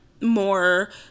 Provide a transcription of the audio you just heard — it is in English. more